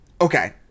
okay